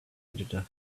editor